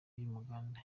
y’uruganda